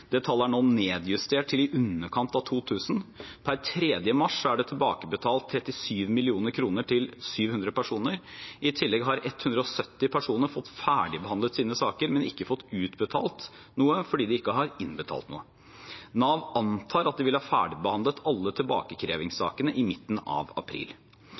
Det tallet er nå nedjustert til i underkant av 2 000. Per 3. mars er det tilbakebetalt 37 mill. kr til 700 personer. I tillegg har 170 personer fått ferdigbehandlet sine saker, men ikke fått utbetalt noe fordi de ikke har innbetalt noe. Nav antar at de vil ha ferdigbehandlet alle tilbakekrevingssakene i midten av april.